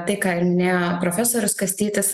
tai ką ir minėjo profesorius kastytis